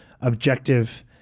objective